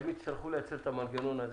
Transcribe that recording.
הם יצטרכו לייצר את המנגנון הזה.